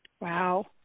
Wow